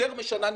יותר משנה,